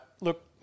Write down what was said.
Look